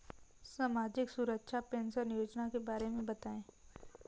सामाजिक सुरक्षा पेंशन योजना के बारे में बताएँ?